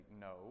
no